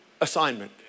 assignment